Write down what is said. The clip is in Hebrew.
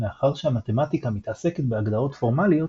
מאחר שהמתמטיקה מתעסקת בהגדרות פורמליות,